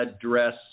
address